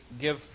give